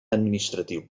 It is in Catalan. administratiu